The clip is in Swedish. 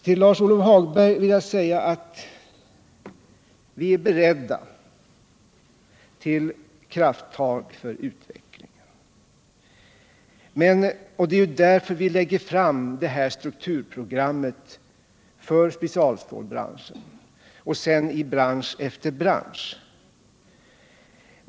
Till Lars-Ove Hagberg vill jag säga att vi är beredda till krafttag för utvecklingen och att det är därför som vi lägger fram ett strukturprogram för specialstålbranschen. Det kommer att följas av program för bransch efter bransch.